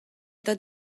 eta